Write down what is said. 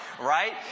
right